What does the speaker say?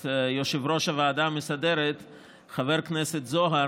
יושב-ראש הוועדה המסדרת חבר הכנסת זוהר